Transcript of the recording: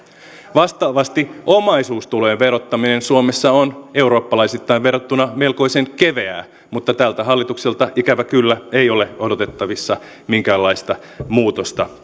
vastaavasti omaisuustulojen verottaminen suomessa on eurooppalaisittain verrattuna melkoisen keveää mutta tältä hallitukselta ikävä kyllä ei ole odotettavissa minkäänlaista muutosta